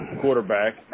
quarterback